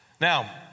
Now